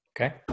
Okay